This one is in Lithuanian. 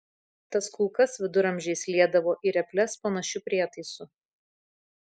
tas kulkas viduramžiais liedavo į reples panašiu prietaisu